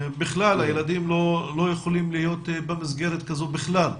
הילדים לא יכולים להיות במסגרת כזו בכלל,